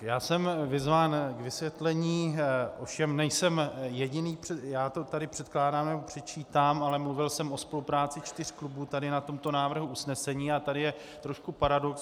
Já jsem vyzván k vysvětlení, ovšem nejsem jediný já to tady předkládám nebo předčítám, ale mluvil jsem o spolupráci čtyř klubů tady na tomto návrhu usnesení, a tady je trošku paradox.